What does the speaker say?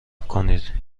کنید